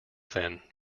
then